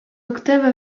octaves